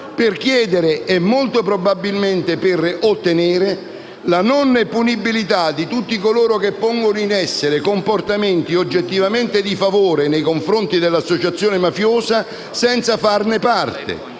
per chiedere - e molto probabilmente per ottenere - la non punibilità di tutti coloro che pongono in essere comportamenti oggettivamente di favore nei confronti dell'associazione mafiosa senza farne parte